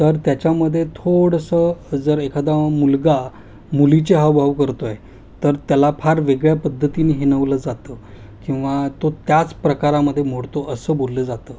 तर त्याच्यामध्ये थोडंसं जर एखादा मुलगा मुलीचे हावभाव करतोय तर त्याला फार वेगळ्या पद्धतीने हिणवलं जातं किंवा तो त्याच प्रकारामध्ये मोडतो असं बोललं जातं